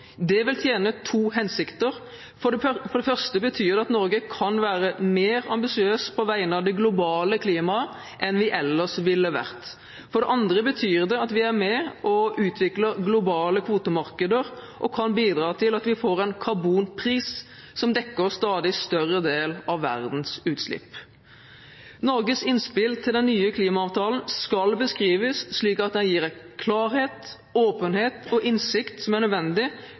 vil tjene to hensikter. For det første betyr det at vi i Norge kan være mer ambisiøse på vegne av det globale klimaet enn vi ellers ville vært. For det andre betyr det at vi er med og utvikler globale kvotemarkeder og kan bidra til at vi får en karbonpris som dekker en stadig større del av verdens utslipp. Norges innspill til den nye klimaavtalen skal beskrives slik at det gir den klarhet, åpenhet og innsikt som er nødvendig